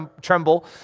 tremble